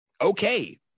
okay